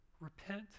Repent